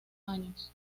años